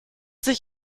sich